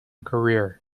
career